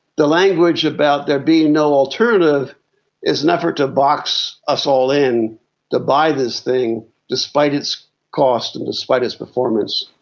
the language about there being no alternative is an effort to box us all in to buy this thing despite its cost and despite its performance.